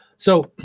so,